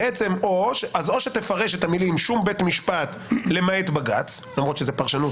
אז או שתפרש את המילים: "שום בית משפט למעט בג"ץ" למרות שזו פרשנות